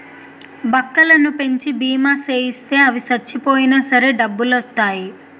బక్కలను పెంచి బీమా సేయిత్తే అవి సచ్చిపోయినా సరే డబ్బులొత్తాయి